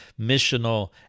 missional